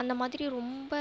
அந்த மாதிரி ரொம்ப